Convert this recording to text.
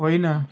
होइन